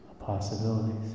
possibilities